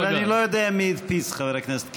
אבל אני לא יודע מי הדפיס, חבר הכנסת קיש.